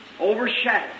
overshadowed